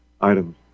items